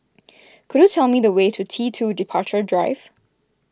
could you tell me the way to T two Departure Drive